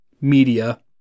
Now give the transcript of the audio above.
media